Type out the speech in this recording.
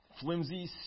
flimsy